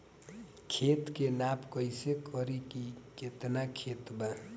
खेत के नाप कइसे करी की केतना खेत बा?